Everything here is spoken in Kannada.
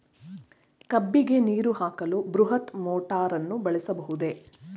ಕಬ್ಬಿಗೆ ನೀರು ಹಾಕಲು ಬೃಹತ್ ಮೋಟಾರನ್ನು ಬಳಸಬಹುದೇ?